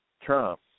Trump